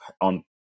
on